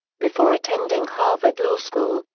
before attending harvard law school,